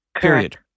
Period